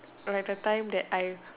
where the time that I